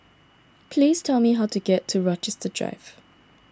please tell me how to get to Rochester Drive